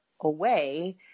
away